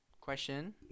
Question